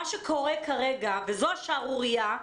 מה שקורה כרגע, וזו השערורייה,